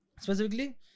specifically